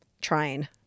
trying